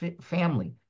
family